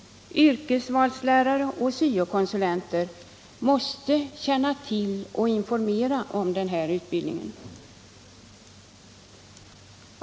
Yrkesvalslärare och SYO-konsulenter måste känna till och informera om denna utbildning.